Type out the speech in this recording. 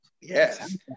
Yes